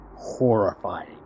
horrifying